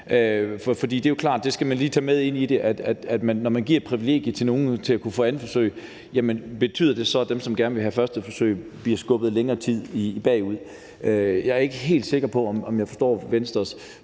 For det er jo klart, at man lige skal tage med ind i det, om det, når man giver et privilegie til nogen til at kunne få det andet forsøg, så betyder, at dem, som gerne vil have det første forsøg, bliver skubbet længere bagud i ventetiden. Jeg er ikke helt sikker på, om jeg forstår Venstres